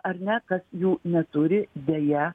ar ne kas jų neturi deja